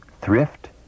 thrift